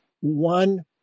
One